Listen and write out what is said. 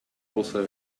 also